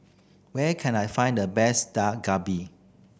where can I find the best Dak Galbi